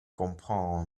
comprend